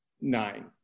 Nine